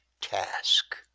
task